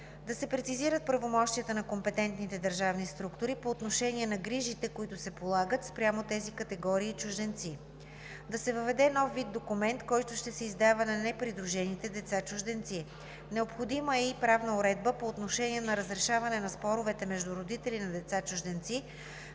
Да се прецизират правомощията на компетентните държавни структури по отношение на грижите, които се полагат спрямо тази категория чужденци. Да се въведе нов вид документ, който ще се издава на непридружените деца чужденци. Необходима е и правна уредба по отношение на разрешаването на спорове между родители на деца чужденци